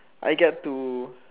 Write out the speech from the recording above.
I get to